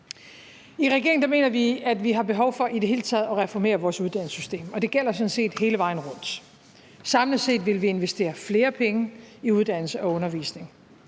I regeringen mener vi, at vi har behov for i det hele taget at reformere vores uddannelsessystem, og det gælder sådan set hele vejen rundt. Samlet set vil vi investere flere penge i uddannelse og undervisning.